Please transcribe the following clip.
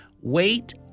Wait